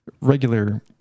regular